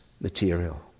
material